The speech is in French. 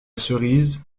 cerise